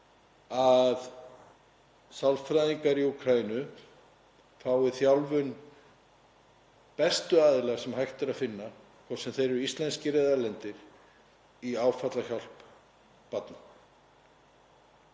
að sálfræðingar í Úkraínu fái þjálfun bestu aðila sem hægt er að finna, hvort sem þeir eru íslenskir eða erlendir, í áfallahjálp barna.